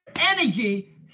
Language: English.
energy